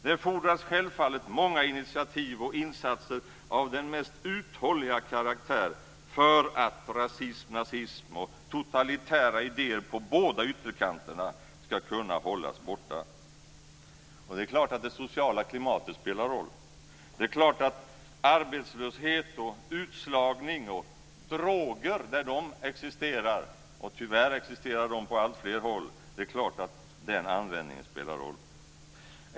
Det fordras självfallet många initiativ och insatser av den mest uthålliga karaktär för att rasism, nazism och totalitära idéer på båda ytterkanterna ska kunna hållas borta. Det är klart att de sociala klimatet spelar en roll. Det är klart att arbetslöshet, utslagning och droger där de existerar - vilket de tyvärr gör på alltfler håll - spelar en roll.